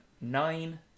nine